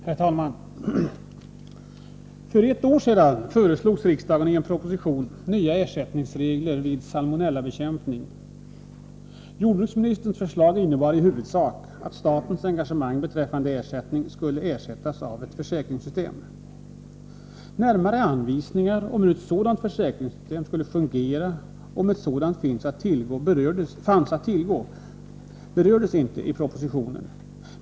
Herr talman! För ett år sedan föreslogs riksdagen i en proposition nya ersättningsregler vid salmonellabekämpning. Jordbruksministerns förslag innebar i huvudsak att statens engagemang beträffande ersättning skulle bytas mot ett försäkringssystem. Några närmare anvisningar om hur ett sådant försäkringssystem skulle fungera gavs inte, och om ett sådant system fanns att tillgå berördes inte i propositionen.